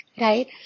Right